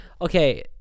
Okay